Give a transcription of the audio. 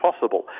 possible